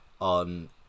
on